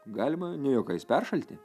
galima ne juokais peršalti